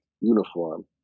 uniform